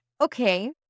Okay